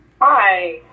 Hi